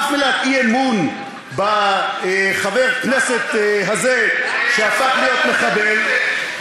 אף מילת אי-אמון בחבר הכנסת הזה שהפך להיות מחבל?